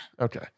okay